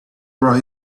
brought